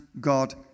God